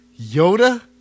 Yoda